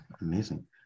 Amazing